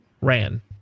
ran